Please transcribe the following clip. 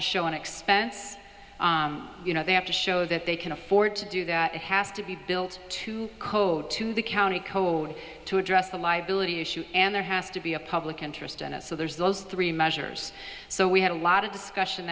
to show an expense you know they have to show that they can afford to do that it has to be built to code to the county code to address the liability issue and there has to be a public interest in it so there's those three measures so we had a lot of discussion